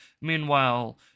Meanwhile